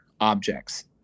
objects